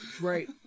Right